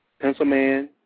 pencilman